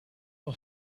for